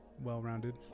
well-rounded